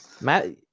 Matt